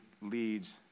leads